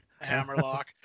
Hammerlock